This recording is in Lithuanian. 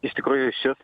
iš tikrųjų šis